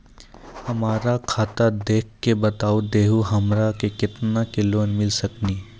हमरा खाता देख के बता देहु हमरा के केतना के लोन मिल सकनी?